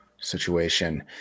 situation